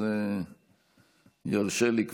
ירשה לי,